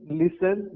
listen